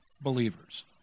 believers